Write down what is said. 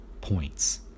points